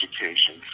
Education